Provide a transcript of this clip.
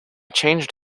changed